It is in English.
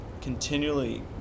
continually